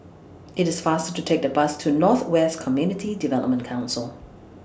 IT IS faster to Take The Bus to North West Community Development Council